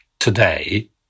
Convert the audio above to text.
today